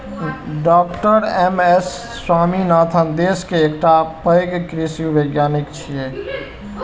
डॉ MS Swaminathan देश के एकटा पैघ कृषि वैज्ञानिक छियै